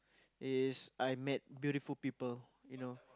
is I met beautiful people you know